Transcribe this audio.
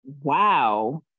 Wow